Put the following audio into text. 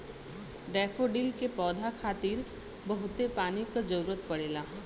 daffodil के पौधा खातिर बहुते पानी क जरुरत पड़ेला